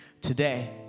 Today